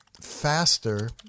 faster